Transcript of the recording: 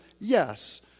yes